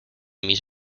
mis